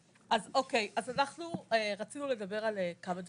אוקי, אז אנחנו רצינו לדבר על כמה דברים,